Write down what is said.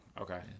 Okay